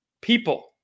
people